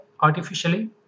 artificially